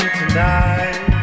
tonight